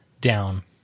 down